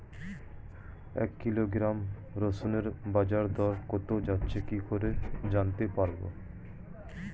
এক কিলোগ্রাম রসুনের বাজার দর কত যাচ্ছে কি করে জানতে পারবো?